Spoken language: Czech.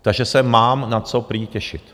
Takže se mám na co prý těšit.